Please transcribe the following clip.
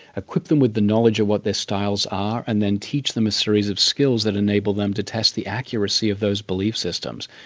equip them with the knowledge of what their styles are and then teach them a series of skills that enable them to test the accuracy of those belief systems.